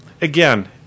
again